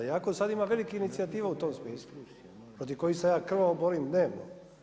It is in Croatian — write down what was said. Iako sada ima velikih inicijativa u tom smislu, protiv kojih se ja krvavo borim dnevno.